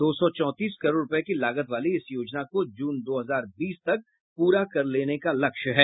दो सौ चौंतीस करोड़ रूपये की लागत वाली इस योजना को जून दो हजार बीस तक प्रा कर लेने का लक्ष्य है